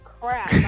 crap